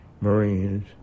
Marines